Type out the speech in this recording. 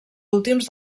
últims